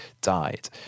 died